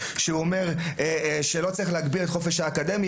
שאומר שלא צריך להגביל את החופש האקדמי